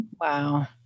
Wow